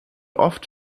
oft